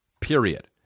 Period